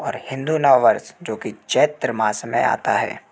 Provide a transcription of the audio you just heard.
और हिन्दू नव वर्ष जो कि चैत्र मास में आता है